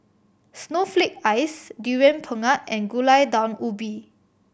snowflake ice Durian Pengat and Gulai Daun Ubi